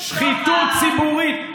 שחיתות ציבורית,